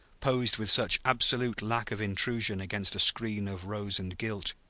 posed with such absolute lack of intrusion against a screen of rose and gilt,